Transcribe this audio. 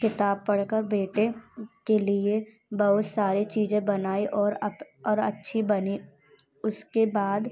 किताब पढ़ कर बेटे के लिए बहुत सारी चीज़ें बनाई और अब और अच्छी बनी उसके बाद